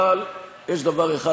אבל יש דבר אחד,